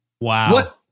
Wow